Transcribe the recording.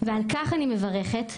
ועל-כך אני מברכת,